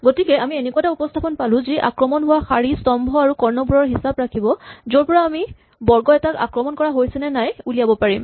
গতিকে আমি এনেকুৱা এটা উপস্হাপন পালো যি আক্ৰমণ হোৱা শাৰী স্তম্ভ আৰু কৰ্ণবোৰৰ হিচাপ ৰাখিব য'ৰপৰা আমি বৰ্গ এটাক আক্ৰমণ কৰা হৈছে নে নাই উলিয়াব পাৰিম